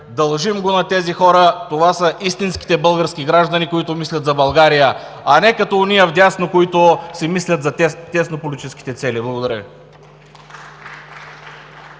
Дължим го на тези хора. Това са истинските български граждани, които мислят за България, а не като онези вдясно, които си мислят за тяснополитическите цели. Благодаря